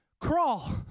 crawl